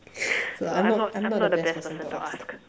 so I'm not I'm not the best person to ask